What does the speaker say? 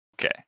Okay